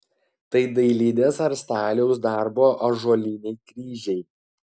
tai dailidės ar staliaus darbo ąžuoliniai kryžiai